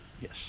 Yes